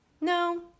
No